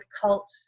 cult